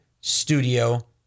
Studio